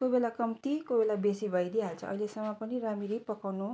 कोही बेला कम्ती कोही बेला बेसी भइदिइहाल्छ अहिलेसम्म पनि राम्ररी पकाउनु